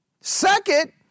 Second